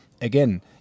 again